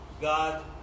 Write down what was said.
God